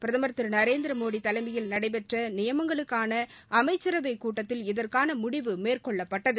பிரதமர் திரு நரேந்திரமோடி தலைமையில் நடைபெற்ற நியமனங்களுக்கான அமைச்சரவைக் கூட்டத்தில் இதற்கான முடிவு மேற்கொள்ளப்பட்டது